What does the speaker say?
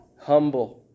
humble